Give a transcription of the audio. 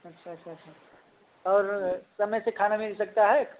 अच्छा अच्छा अच्छा और समय से खाना मिल सकता है